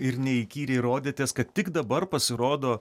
ir neįkyriai rodėtės kad tik dabar pasirodo